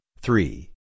three